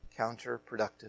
counterproductive